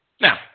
Now